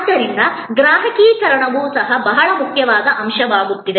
ಆದ್ದರಿಂದ ಗ್ರಾಹಕೀಕರಣವು ಸಹ ಬಹಳ ಮುಖ್ಯವಾದ ಅಂಶವಾಗುತ್ತಿದೆ